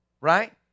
Right